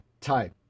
type